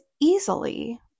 easily